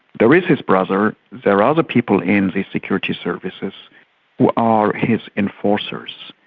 there is his brother, there are other people in the security services who are his enforcers,